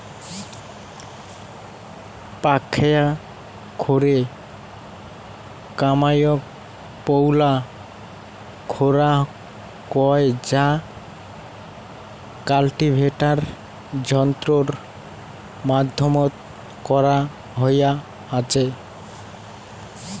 পাকখেয়া খোরে কামাইয়ক পৈলা খোরা কয় যা কাল্টিভেটার যন্ত্রর মাধ্যমত করা হয়া আচে